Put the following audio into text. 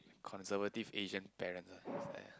conservative Asian parents lah yeah